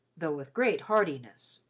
though with great heartiness.